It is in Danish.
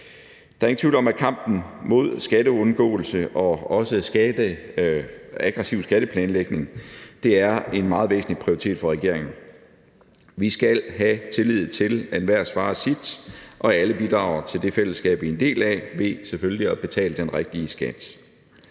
Der er ingen tvivl om, at kampen mod skatteundgåelse og også aggressiv skatteplanlægning er en meget væsentlig prioritet for regeringen. Vi skal have tillid til, at enhver svarer sit og alle bidrager til det fællesskab, vi er en del af, ved selvfølgelig at betale den rigtige skat.